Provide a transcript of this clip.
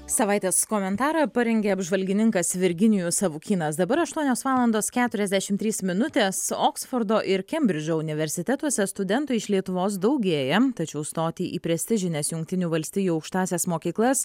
savaitės komentarą parengė apžvalgininkas virginijus savukynas dabar aštuonios valandos keturiasdešimt trys minutės oksfordo ir kembridžo universitetuose studentų iš lietuvos daugėja tačiau stoti į prestižines jungtinių valstijų aukštąsias mokyklas